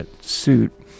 suit